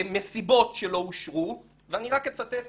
למסיבות שלא אושרו, ואני רק אצטט